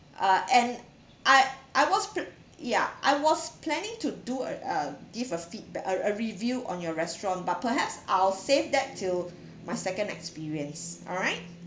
uh and I I was pla~ ya I was planning to do a uh give a feedback a a review on your restaurant but perhaps I'll save that till my second experience alright